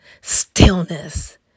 Stillness